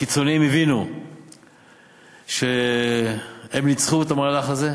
הקיצוניים הבינו שהם ניצחו במהלך הזה.